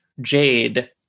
Jade